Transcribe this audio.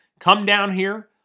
come down here,